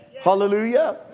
Hallelujah